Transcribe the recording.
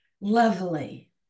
lovely